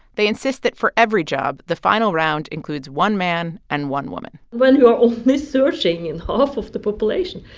they insist that for every job, the final round includes one man and one woman when you are only searching in half of the population,